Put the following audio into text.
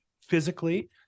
physically